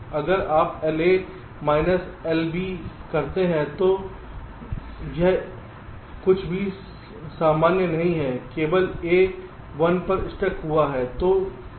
अगर आप LA minus एLB करते हैं तो यह कुछ भी सामान्य नहीं है केवल A 1 पर स्टक हुआ है